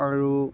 আৰু